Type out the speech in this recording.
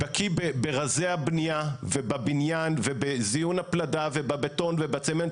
בקיא ברזי הבנייה ובבניין ובזיון הפלדה ובבטון ובצמנט.